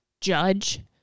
judge